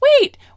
Wait